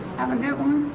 have a good one.